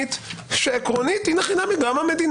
עקרונית שעקרונית אין הכי נמי גם המדינה,